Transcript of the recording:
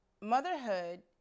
Motherhood